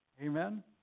Amen